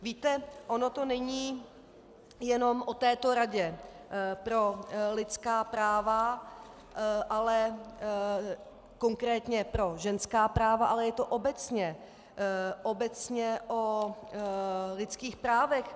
Víte, ono to není jenom o této Radě pro lidská práva, konkrétně pro ženská práva, ale je to obecně o lidských právech.